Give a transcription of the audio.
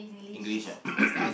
English ah